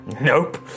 Nope